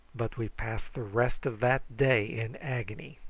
but we passed the rest of that day in agony.